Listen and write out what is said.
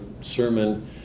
sermon